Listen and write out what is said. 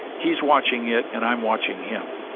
he's watching it and i'm watching him